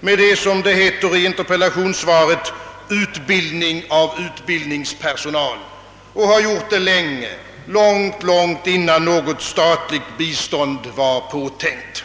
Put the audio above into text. med — som det heter i interpellationssvaret — utbildning av utbildningspersonal och har gjort det länge, långt innan något statligt bistånd var påtänkt.